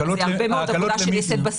זה הרבה מאוד עבודה שנעשית בשדה התעופה.